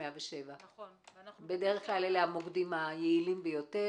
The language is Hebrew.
107. בדרך כלל אלה המוקדים היעילים ביותר.